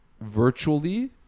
virtually